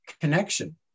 connection